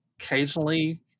occasionally